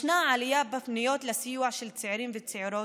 יש עלייה בפניות לסיוע של צעירים וצעירות,